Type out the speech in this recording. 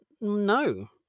no